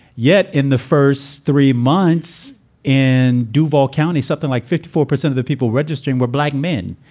yet in the first three months in duvall county, something like fifty four percent of the people registering were black men,